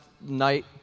night